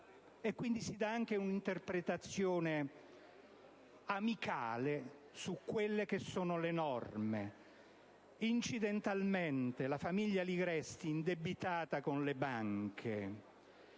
quindi, si dà anche una interpretazione amicale su quelle che sono le norme. Incidentalmente, a proposito della famiglia Ligresti indebitata con le banche,